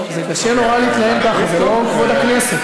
טוב, קשה נורא להתנהל ככה, זה לא לכבוד הכנסת.